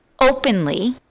openly